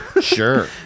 sure